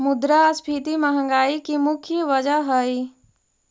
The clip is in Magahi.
मुद्रास्फीति महंगाई की मुख्य वजह हई